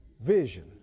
Vision